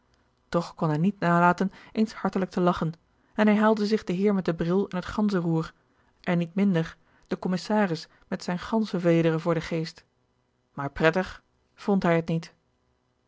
toch kon hij niet nalaten eens hartelijk te lagchen en hij haalde zich den heer met den bril en het ganzenroer en niet minder den commissaris met zijne ganzevederen voor den geest maar prettig vond hij het niet